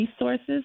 resources